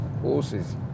Horses